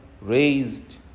raised